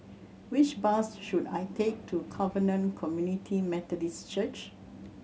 which bus should I take to Covenant Community Methodist Church